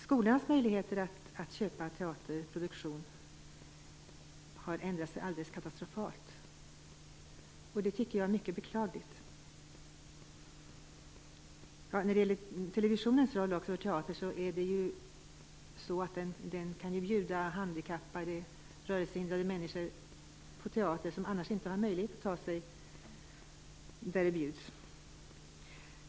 Skolans möjligheter att köpa teaterproduktion har försämrats alldeles katastrofalt, och jag tycker att det är mycket beklagligt. Teater i televisionen kan erbjudas till rörelsehindrade människor som inte har möjlighet att ta sig dit där teater visas.